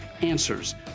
answers